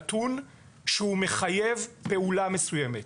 זה נתון שמחייב פעולה מסוימת.